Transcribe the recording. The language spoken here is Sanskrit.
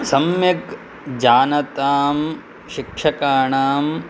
सम्यक् जानतां शिक्षकाणां